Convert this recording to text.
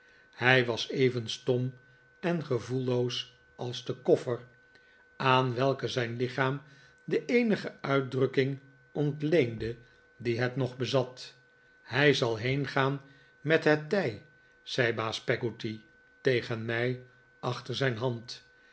hij was even stom en gevoelloos als de koffer aan welken zijn lichaam de eenige uitdrukking ontleende die het nog bezat hij zal heengaan met het tij zei baas peggotty tegen mij achter zijn hand